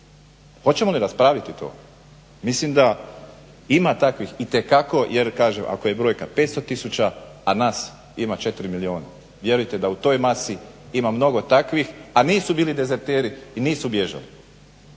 Hoćemo li raspraviti tu. Mislim da ima takvih itekako, jer kažem ako je brojka 500000, a nas ima 4 milijuna. Vjerujte da u toj masi ima mnogo takvih a nisu bili dezerteri i nisu bježali.